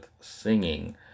singing